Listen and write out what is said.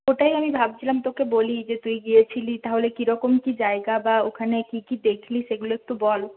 ওটাই আমি ভাবছিলাম তোকে বলি যে তুই গিয়েছিলি তাহলে কীরকম কী জায়গা বা ওখানে কী কী দেখলি সেগুলো একটু বল